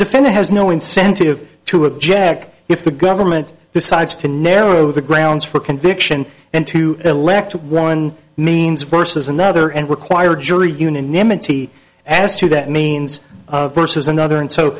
defendant has no incentive to object if the government decides to narrow the grounds for conviction and to elect one means versus another and require jury unanimity as to that means versus another and so